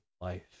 life